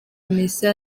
misa